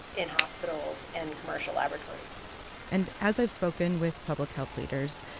in hospitals and commercial laboratories and as i've spoken with public health leaders,